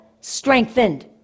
Strengthened